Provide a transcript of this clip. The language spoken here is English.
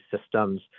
systems